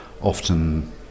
Often